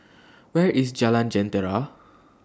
Where IS Jalan Jentera